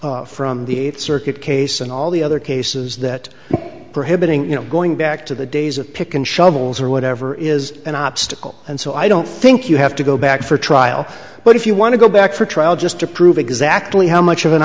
obvious from the eighth circuit case and all the other cases that prohibiting you know going back to the days of pick and shovels or whatever is an obstacle and so i don't think you have to go back for trial but if you want to go back for trial just to prove exactly how much of an